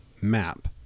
map